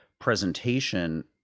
presentation